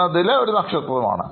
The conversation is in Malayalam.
എന്നതിലെഒരു നക്ഷത്രമാണ്